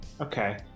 Okay